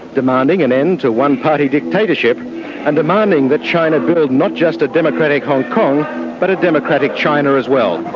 demanding an end to one-party dictatorship and demanding that china build not just a democratic hong kong but a democratic china as well.